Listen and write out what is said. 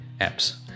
apps